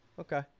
Okay